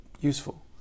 useful